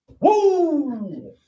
Woo